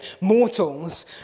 mortals